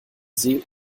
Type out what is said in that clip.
see